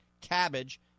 cabbage